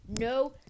no